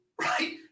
right